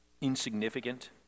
insignificant